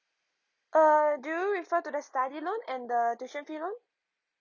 uh do you refer to the study loan and the tuition fee loan